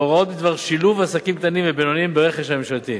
הוראות בדבר שילוב עסקים קטנים ובינוניים ברכש הממשלתי.